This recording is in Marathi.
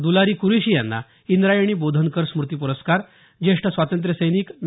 दुलारी कुरेशी यांना इंद्रायणी बोधनकर स्मृती प्रस्कार ज्येष्ठ स्वातंत्र्यसैनिक ना